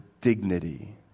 Dignity